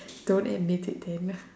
so that ends it then